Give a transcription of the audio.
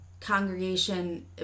congregation